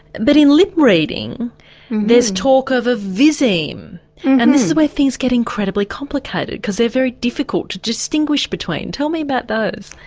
but in lip-reading there's talk of a viseme and this is where things get incredibly complicated because they are very difficult to distinguish between. tell me about those.